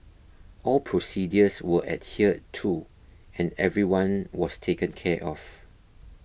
all procedures were adhered to and everyone was taken care of